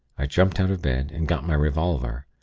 i jumped out of bed, and got my revolver.